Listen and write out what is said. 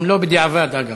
גם לא בדיעבד, אגב.